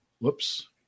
Whoops